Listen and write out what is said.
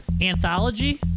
anthology